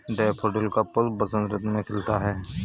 daffodil का पुष्प बसंत ऋतु में खिलता है